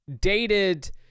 dated